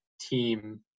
team